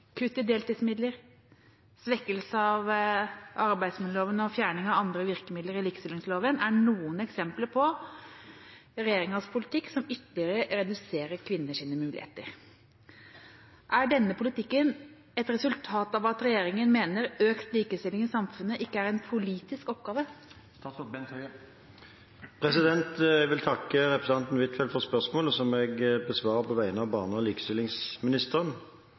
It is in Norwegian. Kutt i deltidsmidler, svekkelser av arbeidsmiljøloven og fjerning av de viktigste virkemidlene i likestillingsloven er noen eksempler på regjeringens politikk som ytterligere reduserer kvinners muligheter. Er denne politikken et resultat av at regjeringen mener økt likestilling i samfunnet ikke er en politisk oppgave?» Jeg vil takke representanten Huitfeldt for spørsmålet, som jeg besvarer på vegne av barne- og likestillingsministeren.